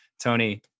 Tony